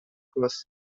cross